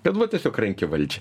kad va tiesiog renki valdžią